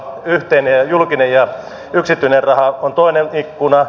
yhteinen julkinen ja yksityinen raha on toinen ikkuna